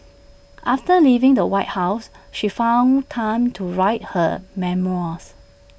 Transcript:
after leaving the white house she found time to write her memoirs